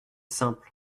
simple